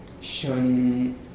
Shun